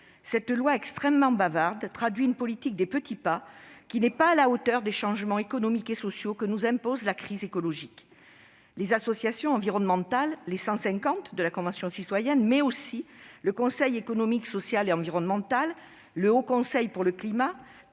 de loi extrêmement bavard traduit une politique des petits pas qui n'est pas à la hauteur des changements économiques et sociaux imposés par la crise écologique. Les associations environnementales et les 150 citoyens de la Convention citoyenne pour le climat, mais aussi le Conseil économique, social et environnemental et le Haut Conseil pour le climat,